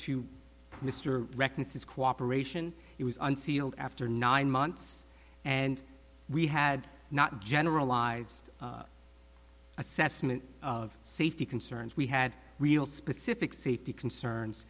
to mr reckon it's his cooperation it was unsealed after nine months and we had not generalized assessment of safety concerns we had real specific safety concerns